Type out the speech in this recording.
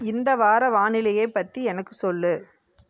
இந்த வார வானிலையை பற்றி எனக்கு சொல்லு